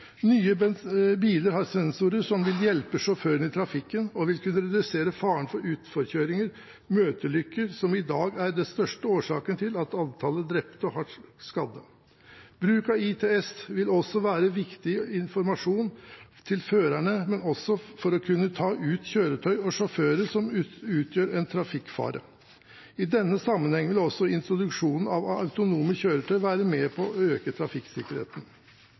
biler har sensorer som vil hjelpe sjåførene i trafikken og vil kunne redusere faren for utforkjøringer og møteulykker, som i dag er de største årsakene til antallet drepte og hardt skadde. Bruk av ITS vil også være viktig i informasjon til førerne, men også for å kunne ta ut kjøretøy og sjåfører som utgjør en trafikkfare. I denne sammenheng vil også introduksjonen av autonome kjøretøy være med på å øke trafikksikkerheten.